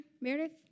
Meredith